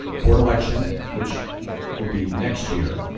board election, which will be next year,